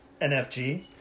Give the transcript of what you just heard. NFG